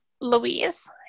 Louise